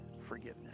forgiveness